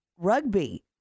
Rugby